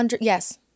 Yes